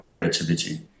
creativity